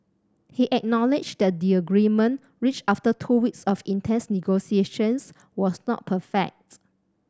he acknowledged that the agreement reached after two weeks of intense negotiations was not perfects